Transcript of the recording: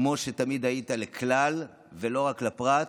כמו שתמיד היית, לכלל ולא רק לפרט.